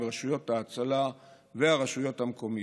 עם רשויות ההצלה והרשויות המקומיות,